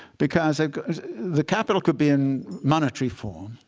because the capital could be in monetary form,